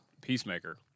Peacemaker